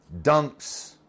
dunks